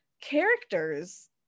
characters